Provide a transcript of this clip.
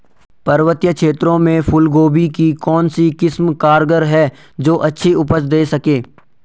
पर्वतीय क्षेत्रों में फूल गोभी की कौन सी किस्म कारगर है जो अच्छी उपज दें सके?